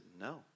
no